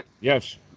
Yes